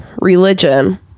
religion